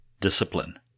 Discipline